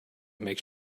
makes